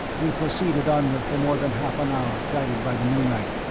we proceeded onward for more than half an hour guided by the moonlight,